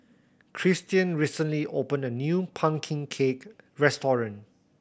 Christian recently opened a new pumpkin cake restaurant